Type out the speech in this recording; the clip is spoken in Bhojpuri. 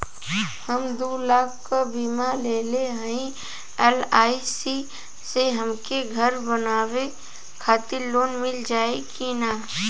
हम दूलाख क बीमा लेले हई एल.आई.सी से हमके घर बनवावे खातिर लोन मिल जाई कि ना?